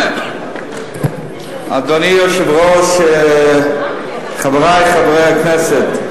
אדוני היושב-ראש, חברי חברי הכנסת,